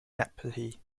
nephi